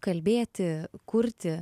kalbėti kurti